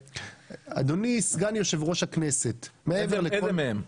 אדוני סגן יושב ראש הכנסת --- איזה מהם?